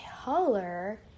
Color